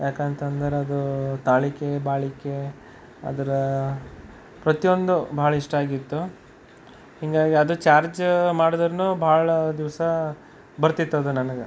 ಯಾಕಂತಂದರೆ ಅದು ತಾಳಿಕೆ ಬಾಳಿಕೆ ಅದರ ಪ್ರತಿಯೊಂದು ಭಾಳ ಇಷ್ಟ ಆಗಿತ್ತು ಹೀಗಾಗಿ ಅದು ಚಾರ್ಜ ಮಾಡಿದ್ರೂನೂ ಭಾಳ ಅದು ಸ ಬರ್ತಿತ್ತದು ನನಗೆ